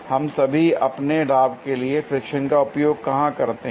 हम सभी अपने लाभ के लिए फ्रिक्शन का उपयोग कहां करते हैं